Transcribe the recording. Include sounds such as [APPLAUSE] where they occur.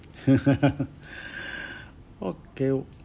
[LAUGHS] [BREATH] okay